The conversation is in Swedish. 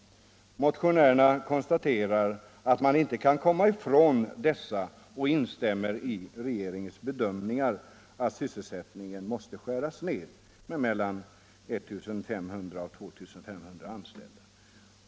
Motionärerna konstarerar att man inte kan komma ifrån dessa och instämmer i regeringens bedömningar, dvs. att sysselsättningen måste skäras ned med mellan 1500 och 2 500 anställda.